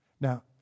Now